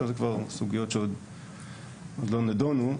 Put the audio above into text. זה כבר סוגיות שעוד לא נדונו.